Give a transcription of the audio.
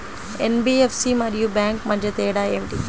NBFC మరియు bank మధ్య తేడా ఏమిటి?